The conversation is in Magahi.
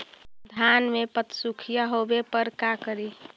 धान मे पत्सुखीया होबे पर का करि?